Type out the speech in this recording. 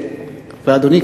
ואדוני,